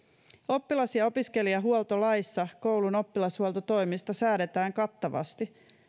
oppilas ja opiskelijahuoltolaissa koulun oppilashuoltotoimista säädetään kattavasti